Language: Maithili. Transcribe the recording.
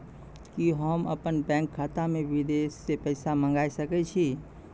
कि होम अपन बैंक खाता मे विदेश से पैसा मंगाय सकै छी?